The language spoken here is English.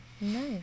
Nice